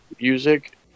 music